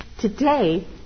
Today